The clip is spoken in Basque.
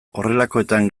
horrelakoetan